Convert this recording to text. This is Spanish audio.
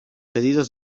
pedidos